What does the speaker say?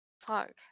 Fuck